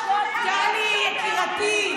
טלי, יקירתי.